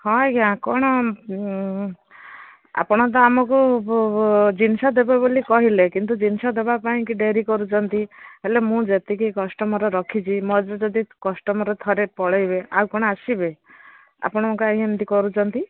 ହଁ ଆଜ୍ଞା କ'ଣ ଆପଣ ତ ଆମକୁ ଜିନିଷ ଦେବେ ବୋଲି କହିଲେ କିନ୍ତୁ ଜିନିଷ ଦେବା ପାଇଁ କି ଡେରି କରୁଛନ୍ତି ହେଲେ ମୁଁ ଯେତିକି କଷ୍ଟମର ରଖିଛି ମୋର ଯଦି କଷ୍ଟମର ଥରେ ପଳେଇବେ ଆଉ କ'ଣ ଆସିବେ ଆପଣ କାହିଁ ଏମିତି କରୁଛନ୍ତି